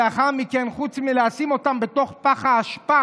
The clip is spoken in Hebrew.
לאחר מכן, חוץ מלשים אותם בפח האשפה,